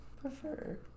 prefer